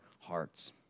hearts